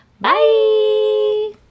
bye